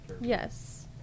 yes